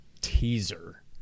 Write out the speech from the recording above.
teaser